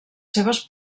seves